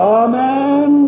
amen